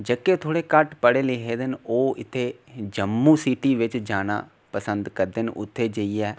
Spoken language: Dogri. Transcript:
जेह्के थोह्ड़े घट्ट पढ़े लिखे दे न तां जम्मू सीटी बिच जाना पसंद करदे न उत्थै जेइयै